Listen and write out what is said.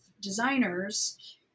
designers